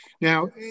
Now